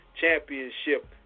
championship